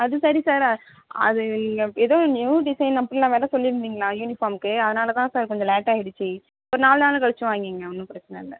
அது சரி சார் அது எதோ நியூ டிசைன் அப்படின்லாம் வேறு சொல்லிருந்தீங்கலாம் யூனிஃபார்ம்க்கு அதனால தான் சார் கொஞ்சம் லேட் ஆயிடுச்சு ஒரு நாலு நாள் கழிச்சு வாங்கிக்கங்க ஒன்றும் பிரச்சனை இல்லை